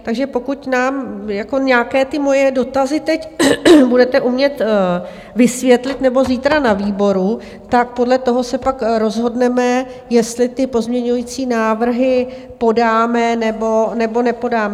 Takže pokud nám nějaké ty moje dotazy teď budete umět vysvětlit nebo zítra na výboru, tak podle toho se pak rozhodneme, jestli ty pozměňující návrhy podáme, nebo nepodáme.